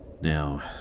Now